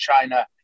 China